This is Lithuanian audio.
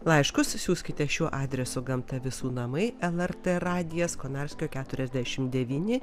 laiškus siųskite šiuo adresu gamta visų namai lrt radijas konarskio keturiasdešimt devyni